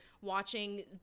watching